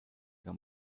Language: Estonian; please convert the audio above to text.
ega